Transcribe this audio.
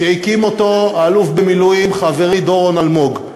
שהקים האלוף במילואים, חברי דורון אלמוג,